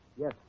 Yes